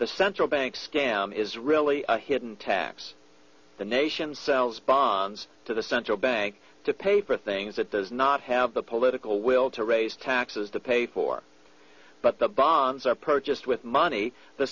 the central banks scam is really a hidden tax the nation sells bonds to the central bank to pay for things that there is not have the political will to raise taxes to pay for but the bonds are purchased with money the